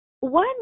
One